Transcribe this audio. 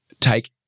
take